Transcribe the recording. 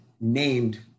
named